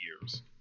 years